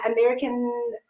American